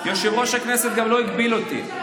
יושב-ראש הכנסת גם לא הגביל אותי,